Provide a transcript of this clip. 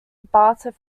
barter